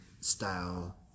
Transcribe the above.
style